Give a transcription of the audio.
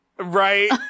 Right